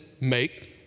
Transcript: make